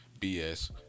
BS